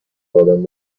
آدم